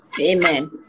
Amen